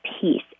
peace